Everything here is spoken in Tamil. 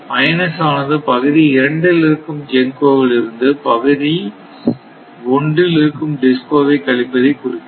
மைனஸ் ஆனது பகுதி இரண்டில் இருக்கும் GENCO விலிருந்து பகுதி ஒன்றில் இருக்கும் DISCO வை கழிப்பதை குறிக்கிறது